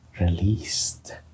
released